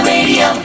Radio